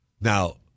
Now